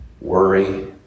worry